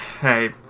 hey